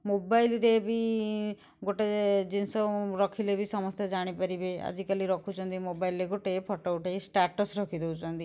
ମୋବାଇଲ୍ରେ ବି ଗୋଟେ ଜିନିଷ ରଖିଲେ ବି ସମସ୍ତେ ଜାଣି ପାରିବେ ଆଜି କାଲି ରଖୁଛନ୍ତି ମୋବାଇଲ୍ରେ ଗୋଟେ ଫଟୋ ଉଠେଇ ସ୍ଟାଟସ୍ ରଖି ଦେଉଛନ୍ତି